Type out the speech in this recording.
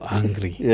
angry